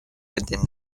within